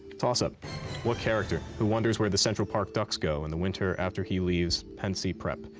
toss-up what character, who wonders where the central park ducks go in the winter after he leaves pencey prep,